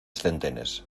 centenes